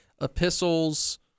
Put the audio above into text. epistles